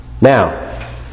Now